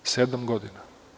Sedam godina.